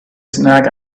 snack